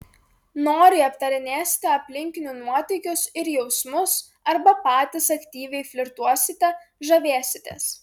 noriai aptarinėsite aplinkinių nuotykius ir jausmus arba patys aktyviai flirtuosite žavėsitės